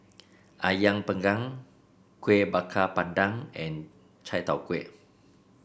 ayam panggang Kuih Bakar Pandan and Chai Tow Kuay